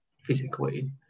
physically